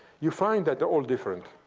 you find that they're all different.